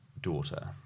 daughter